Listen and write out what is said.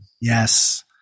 Yes